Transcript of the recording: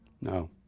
No